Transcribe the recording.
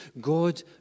God